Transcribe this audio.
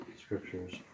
scriptures